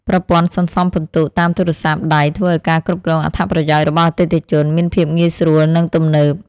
ប្រព័ន្ធសន្សំពិន្ទុតាមទូរស័ព្ទដៃធ្វើឱ្យការគ្រប់គ្រងអត្ថប្រយោជន៍របស់អតិថិជនមានភាពងាយស្រួលនិងទំនើប។